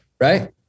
Right